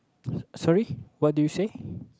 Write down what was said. sorry what did you say